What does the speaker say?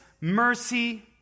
mercy